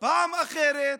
פעם אחרת,